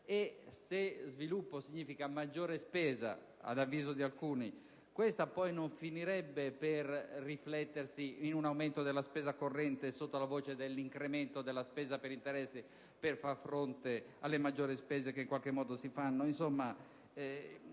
Se sviluppo significa maggiore spesa (ad avviso di alcuni), questa poi non finirebbe per riflettersi in un aumento della spesa corrente sotto la voce dell'incremento della spesa per interessi per far fronte alle maggiori spese? La solida finanza